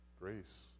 Grace